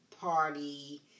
party